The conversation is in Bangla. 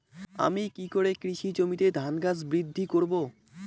আমি কী করে কৃষি জমিতে ধান গাছ বৃদ্ধি করব?